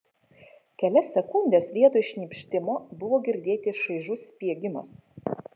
kelias sekundes vietoj šnypštimo buvo girdėti šaižus spiegimas